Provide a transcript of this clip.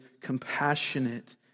compassionate